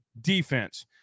defense